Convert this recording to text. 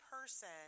person